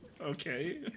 Okay